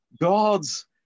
God's